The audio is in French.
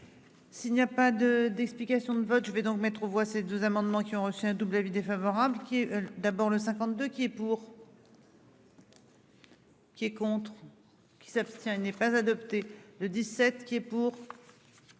S'il n'y a pas de d'explication de vote. Je vais donc mettre aux voix, ces deux amendements qui ont reçu un double avis défavorable qui est d'abord le 52 qui est pour. Qui est contre ou qui s'abstient n'est pas adopté le 17 qui est pour.